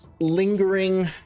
Lingering